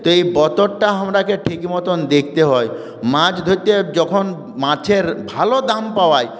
তো এই বতরটা আমাদেরকে ঠিক মতন দেখতে হয় মাছ ধরতে যখন মাছের ভালো দাম পাওয়ায়